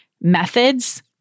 methods